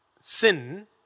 sin